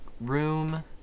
room